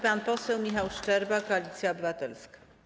Pan poseł Michał Szczerba, Koalicja Obywatelska.